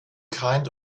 kind